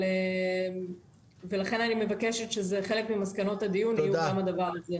אני מבקשת שחלק ממסקנות הדיון יהיו גם הדבר הזה.